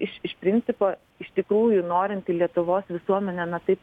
iš iš principo iš tikrųjų norint į lietuvos visuomenę ne taip